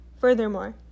Furthermore